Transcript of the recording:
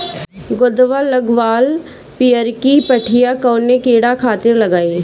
गोदवा लगवाल पियरकि पठिया कवने कीड़ा खातिर लगाई?